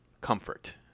comfort